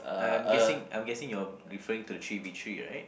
I'm guessing I'm guessing you are referring to the three with three right